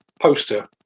poster